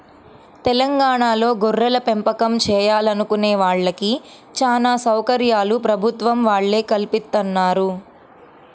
తెలంగాణాలో గొర్రెలపెంపకం చేయాలనుకునే వాళ్ళకి చానా సౌకర్యాలు ప్రభుత్వం వాళ్ళే కల్పిత్తన్నారు